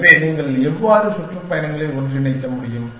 எனவே நீங்கள் எவ்வாறு சுற்றுப்பயணங்களை ஒன்றிணைக்க முடியும்